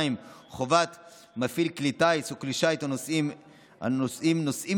2. חובת מפעיל כלי טיס או כלי שיט הנושאים נוסעים